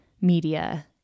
media